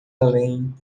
além